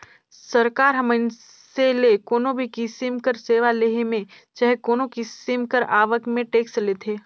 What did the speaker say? सरकार ह मइनसे ले कोनो भी किसिम कर सेवा लेहे में चहे कोनो किसिम कर आवक में टेक्स लेथे